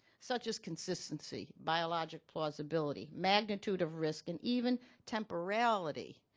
such as consistency, biologic plausibility, magnitude of risk, and even temporality